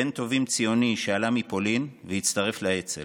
בן טובים ציוני שעלה מפולין והצטרף לאצ"ל.